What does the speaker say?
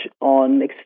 on